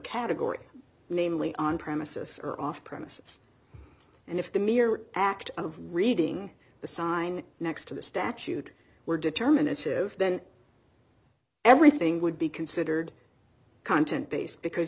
category namely on premises or off premises and if the mere act of reading the sign next to the statute were determinative then everything would be considered content b